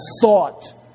thought